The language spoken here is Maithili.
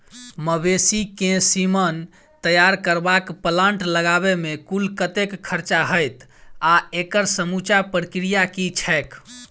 मवेसी केँ सीमन तैयार करबाक प्लांट लगाबै मे कुल कतेक खर्चा हएत आ एकड़ समूचा प्रक्रिया की छैक?